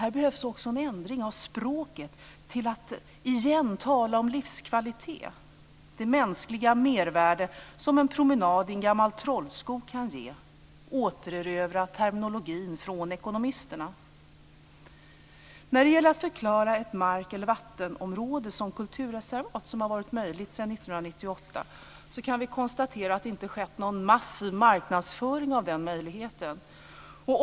Här behövs också en ändring av språket så att vi återigen talar om livskvalitet - det mänskliga mervärde som en promenad i en gammal trollskog kan ge - och återerövrar terminologin från ekonomisterna. När det gäller att förklara ett mark eller vattenområde som kulturreservat, som har varit möjligt sedan 1998, kan vi konstatera att det inte skett någon massiv marknadsföring av den möjligheten.